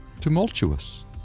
Tumultuous